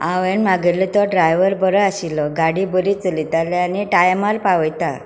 हांवें मागयिल्लो तो ड्रायव्हर बरो आशिल्लो गाडी बरी चलयता आनी टायमार पावयता